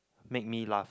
make me laugh